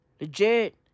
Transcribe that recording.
Legit